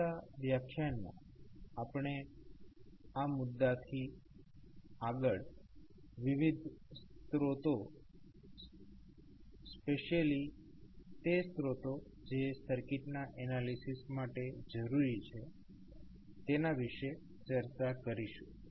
આવતા વ્યાખ્યાનમાં આપણે આ મુદ્દથી આગાળ વિવિધ સ્ત્રોતો સ્પેસિયલી તે સ્ત્રોતો જે સર્કિટના એનાલિસીસ માટે જરૂરી છે તેના વિશે ચર્ચા કરીશું